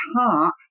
heart